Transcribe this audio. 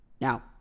Now